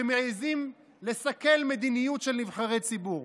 וכשמעיזים לסכל מדיניות של נבחרי ציבור.